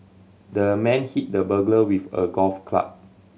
the man hit the burglar with a golf club